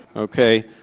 ok.